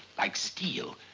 like steel.